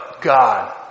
God